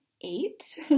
eight